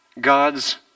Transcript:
God's